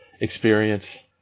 experience